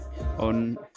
on